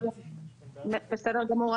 בסדר גמור.